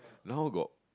now got